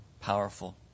powerful